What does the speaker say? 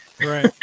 Right